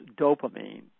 dopamine